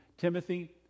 Timothy